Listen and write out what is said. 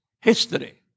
history